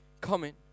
comment